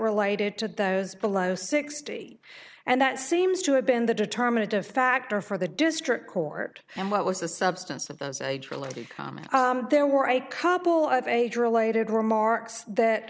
related to those below sixty and that seems to have been the determinative factor for the district court and what was the substance of those age related there were a couple of age related remarks that